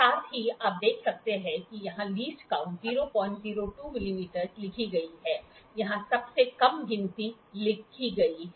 साथ ही आप देख सकते हैं कि यहां लीस्ट काऊंट 002 मिमी लिखी गई है यहां सबसे कम गिनती लिखी गई है